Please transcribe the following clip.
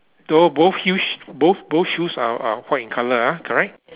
though both shoe both both shoes are are white in colour ah correct